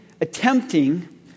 attempting